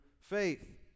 faith